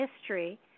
history